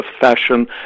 fashion